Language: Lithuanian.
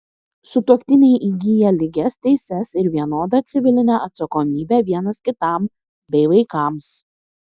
sutuoktiniai įgyja lygias teises ir vienodą civilinę atsakomybę vienas kitam bei vaikams